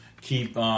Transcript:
keep